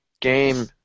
game